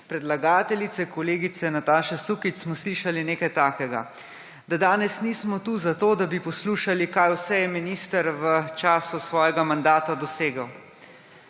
predlagateljice kolegice Nataše Sukič smo slišali nekaj takega: da danes nismo tu, zato da bi poslušali, kaj vse je minister v času svojega mandata dosegel.